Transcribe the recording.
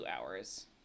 hours